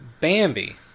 Bambi